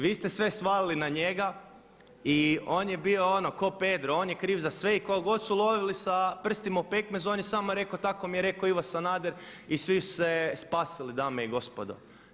Vi ste sve svalili na njega i on je bio ono kao Pedro, on je kriv za sve i koga god su ulovili sa prstima u pekmezu on je samo rekao tako mi je rekao Ivo Sanader i svi su se spasili dame i gospodo.